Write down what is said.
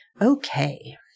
Okay